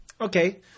okay